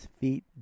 feet